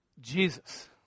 Jesus